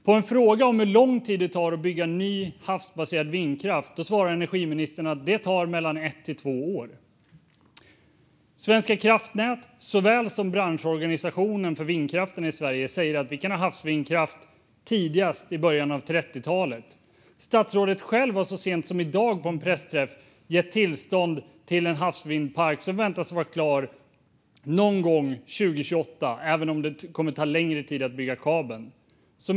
På en fråga om hur lång tid det tar att bygga ny havsbaserad vindkraft svarar energiministern att det tar ett till två år. Svenska kraftnät såväl som branschorganisationen för vindkraften i Sverige säger att vi kan ha havsvindkraft tidigast i början av 30-talet. Statsrådet själv har så sent som i dag på en pressträff gett tillstånd till en havsvindpark som väntas vara klar någon gång under 2028, även om det kommer att ta längre tid att bygga kabeln.